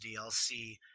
DLC